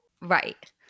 Right